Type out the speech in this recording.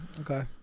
okay